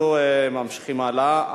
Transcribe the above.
אנחנו ממשיכים הלאה,